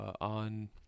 on